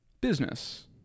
business